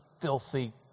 filthy